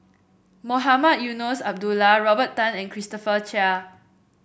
Mohamed Eunos Abdullah Robert Tan and Christopher Chia